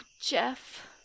Jeff